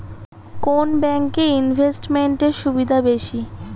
কোন ব্যাংক এ ইনভেস্টমেন্ট এর সুবিধা বেশি?